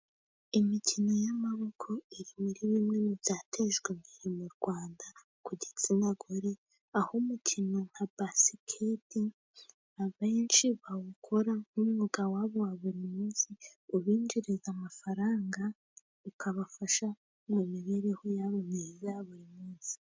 Imikino y'amaboko iri muri bimwe mu byatezwa imbere mu Rwanda ku gitsina gore, aho umukino nka basiketi abenshi bawukora nk'umwuga wa buri munsi ubinjiriza amafaranga. Ukabafasha mu mibereho yabo myiza ya buri munsi.